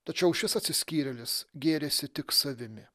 tačiau šis atsiskyrėlis gėrisi tik savimi